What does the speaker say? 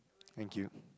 thank you